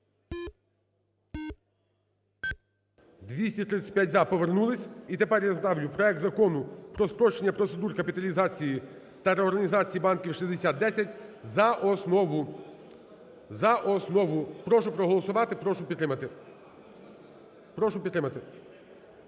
За-235 Повернулися. І тепер ставлю проект Закону про спрощення процедур капіталізації та реорганізації банків (6010) за основу, за основу. Прошу проголосувати, прошу підтримати.